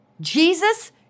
Jesus